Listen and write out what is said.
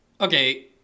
Okay